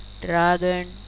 dragon